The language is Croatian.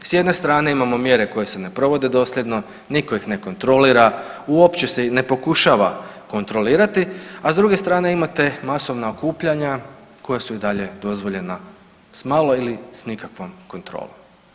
S jedne strane imamo mjere koje se ne provede dosljedno, niko ih ne kontrolira, uopće se ne pokušava kontrolirati, a s druge strane imate masovna okupljanja koja su i dalje dozvoljena s malo ili s nikakvom kontrolom.